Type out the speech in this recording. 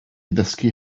ddysgu